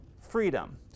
freedom